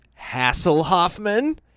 Hasselhoffman